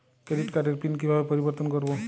Credit কার্ডের PIN কিভাবে পরিবর্তন করবো?